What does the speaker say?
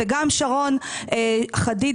וגם שרון חדידה,